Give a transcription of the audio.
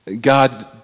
God